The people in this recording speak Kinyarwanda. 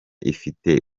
ifite